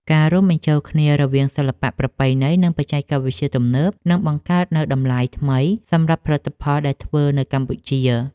ការរួមបញ្ចូលគ្នារវាងសិល្បៈប្រពៃណី និង បច្ចេកវិទ្យាទំនើបនឹងបង្កើតនូវតម្លៃថ្មីសម្រាប់ផលិតផលដែលធ្វើនៅកម្ពុជា។